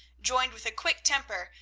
joined with a quick temper,